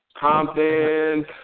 Compton